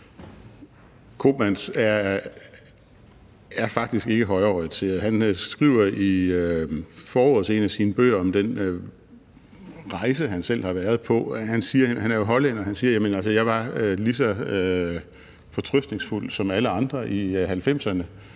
Koopmans er faktisk ikke højreorienteret. Han skriver i forordet til en af sine bøger om den rejse, han selv har været på. Han er jo hollænder, og han siger, at han var lige så fortrøstningsfuld som alle andre i 1990'erne,